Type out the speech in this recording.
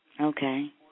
Okay